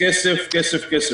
כסף, כסף, כסף.